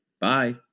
Bye